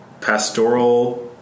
pastoral